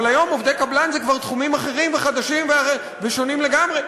אבל היום עובדי קבלן זה כבר תחומים אחרים וחדשים ושונים לגמרי.